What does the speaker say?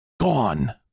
gone